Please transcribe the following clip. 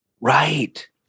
Right